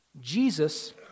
Jesus